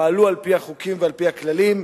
פעלו על-פי החוקים ועל-פי הכללים,